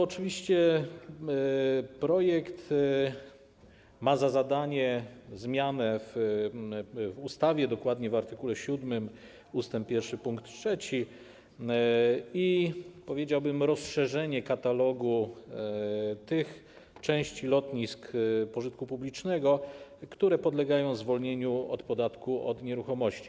Oczywiście projekt ma za zadanie zmianę w ustawie, dokładnie w art. 7 ust. 1 pkt 3, i, powiedziałbym, rozszerzenie katalogu tych części lotnisk pożytku publicznego, które podlegają zwolnieniu z podatku od nieruchomości.